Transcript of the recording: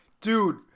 dude